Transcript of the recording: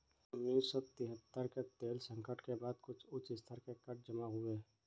उन्नीस सौ तिहत्तर के तेल संकट के बाद कुछ उच्च स्तर के कर्ज जमा हुए